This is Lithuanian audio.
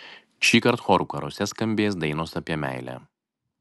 šįkart chorų karuose skambės dainos apie meilę